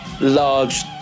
large